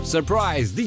Surprise